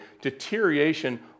deterioration